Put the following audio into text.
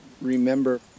remember